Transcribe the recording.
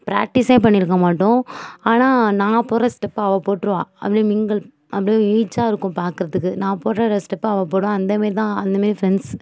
ப்ராக்டிஸே பண்ணிருக்க மாட்டோம் ஆனால் நான் போடுற ஸ்டெப்பை அவ போட்டுருவா அப்படியே மிங்கிள் அப்படியே ஈச்சா இருக்கும் பார்க்குறதுக்கு நான் போடுற ஸ்டெப்பை அவ போடுவா அந்த மேரி தான் அந்த மாரி ஃப்ரெண்ட்ஸ்